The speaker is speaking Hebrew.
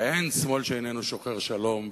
ואין שמאל שאיננו שוחר-שלום,